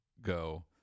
go